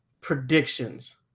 predictions